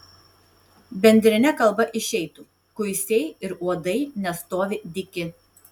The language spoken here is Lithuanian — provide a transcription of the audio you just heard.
bendrine kalba išeitų kuisiai ir uodai nestovi dyki